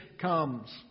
comes